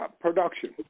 production